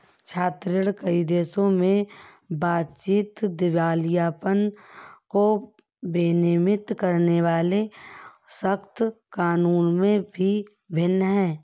छात्र ऋण, कई देशों में बातचीत, दिवालियापन को विनियमित करने वाले सख्त कानूनों में भी भिन्न है